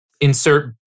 insert